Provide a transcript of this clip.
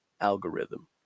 algorithm